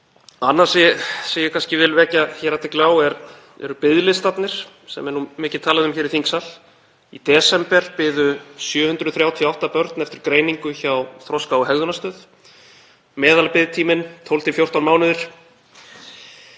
Annað sem ég vil vekja athygli á eru biðlistarnir, sem er nú mikið talað um hér í þingsal. Í desember biðu 738 börn eftir greiningu hjá Þroska- og hegðunarstöð, meðalbiðtími 12–14 mánuðir.